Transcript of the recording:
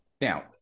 Now